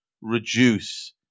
reduce